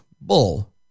bull-